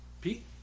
Pete